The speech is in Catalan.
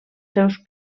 seus